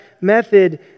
method